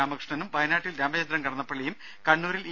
രാമകൃഷ്ണനും വയനാട്ടിൽ രാമചന്ദ്രൻ കടന്നപ്പള്ളിയും കണ്ണൂരിൽ ഇ